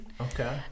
Okay